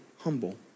humble